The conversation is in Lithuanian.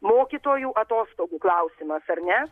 mokytojų atostogų klausimas ar ne